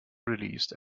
released